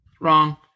wrong